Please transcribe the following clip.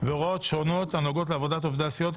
והוראות שונות הנוגעות לעבודת עובדי הסיעות,